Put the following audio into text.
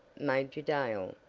major dale,